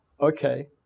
okay